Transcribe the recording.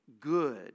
good